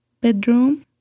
bedroom